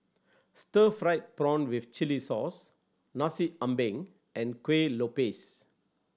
stir fried prawn with chili sauce Nasi Ambeng and Kuih Lopes